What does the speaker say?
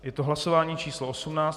Je to hlasování číslo 18.